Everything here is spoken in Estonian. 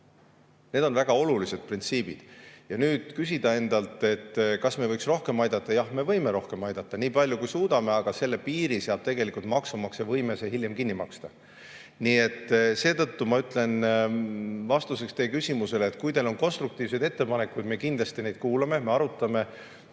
Need on väga olulised printsiibid. Kui nüüd küsida endalt, kas me võiks rohkem aidata, siis jah, me võime rohkem aidata, nii palju kui suudame, aga selle piiri seab tegelikult maksumaksja võime see hiljem kinni maksta. Seetõttu ma ütlen vastuseks teie küsimusele, et kui teil on konstruktiivseid ettepanekuid, siis me kindlasti kuulame neid ja arutame.